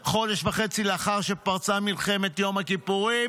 חודש וחצי לאחר שפרצה מלחמת יום הכיפורים